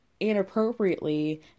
inappropriately